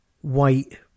white